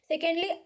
Secondly